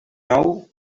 nou